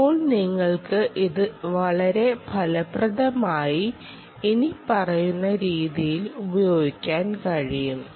ഇപ്പോൾ നിങ്ങൾക്ക് ഇത് വളരെ ഫലപ്രദമായി ഇനിപ്പറയുന്ന രീതിയിൽ ഉപയോഗിക്കാൻ കഴിയും